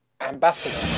Ambassador